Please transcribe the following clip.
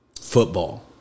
football